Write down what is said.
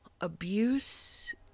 abuse